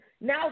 now